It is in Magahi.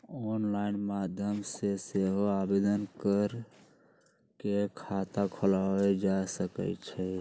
ऑनलाइन माध्यम से सेहो आवेदन कऽ के खता खोलायल जा सकइ छइ